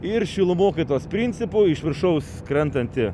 ir šilumokaitos principu iš viršaus krentanti